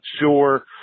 sure